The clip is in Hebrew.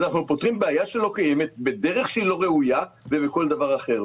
אז אנחנו פותרים בעיה שלא קיימת בדרך שהיא לא ראויה ובכל דבר אחר.